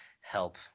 help